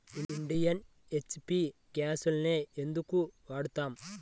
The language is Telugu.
ఇండియన్, హెచ్.పీ గ్యాస్లనే ఎందుకు వాడతాము?